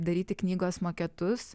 daryti knygos maketus